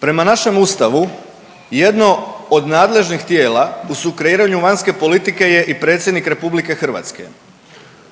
Prema našem Ustavu jedno od nadležnih tijela u sukreiranju vanjske politike je i predsjednik Republike Hrvatske.